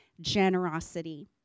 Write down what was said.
generosity